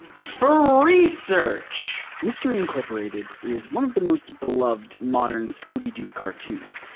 for research! mystery incorporated is one of the most beloved modern scooby-doo cartoons.